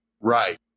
Right